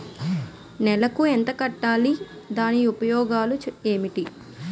నెలకు ఎంత కట్టాలి? దాని ఉపయోగాలు ఏమిటి?